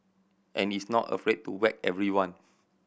and is not afraid to whack everyone